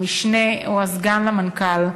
המשנה או סגן למנכ"ל,